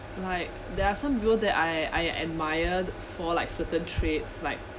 like there are some people that I I admire for like certain traits like